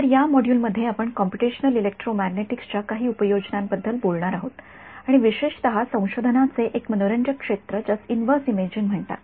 तर या मॉड्यूल मध्ये आपण कॉम्प्यूटेशनल इलेक्ट्रोमॅग्नेटिक्स च्या काही उपयोजनांबद्दल बोलणार आहोत आणि विशेषतः संशोधनाचे एक मनोरंजक क्षेत्र ज्यास इन्व्हर्स इमेजिंग म्हणतात